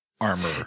armor